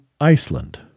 Iceland